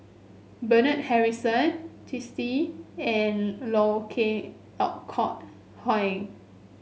Bernard Harrison Twisstii and Loh king Kok Heng